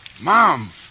Mom